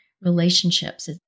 relationships